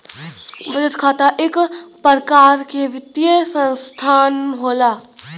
बचत खाता इक परकार के वित्तीय सनसथान होला